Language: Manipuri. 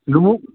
ꯂꯣꯡꯎꯞ